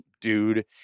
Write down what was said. dude